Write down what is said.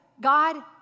God